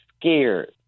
scared